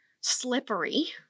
slippery